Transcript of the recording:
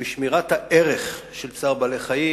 ובשמירת הערך של צער בעלי-חיים.